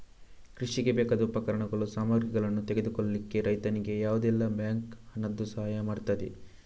ಕೃಷಿಗೆ ಬೇಕಾದ ಉಪಕರಣಗಳು, ಸಾಮಗ್ರಿಗಳನ್ನು ತೆಗೆದುಕೊಳ್ಳಿಕ್ಕೆ ರೈತನಿಗೆ ಯಾವುದೆಲ್ಲ ಬ್ಯಾಂಕ್ ಹಣದ್ದು ಸಹಾಯ ಮಾಡ್ತದೆ?